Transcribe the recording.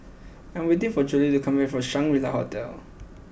I am waiting for Jolie to come back from Shangri La Hotel